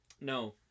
no